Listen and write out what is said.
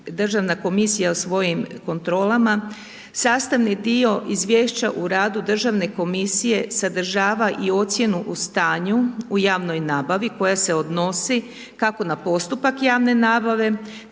državna komisija svojim kontrolama, sastavni dio izvješća u radu državne komisije sadržava i ocjenu u stanju u javnoj nabavi koja se odnosi kako na postupak javne nabave,